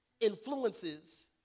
influences